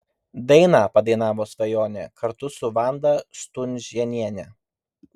dainą padainavo svajonė kartu su vanda stunžėniene